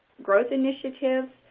growth initiatives,